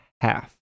half